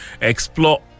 explore